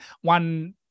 one